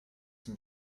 zum